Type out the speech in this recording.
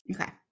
Okay